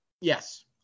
Yes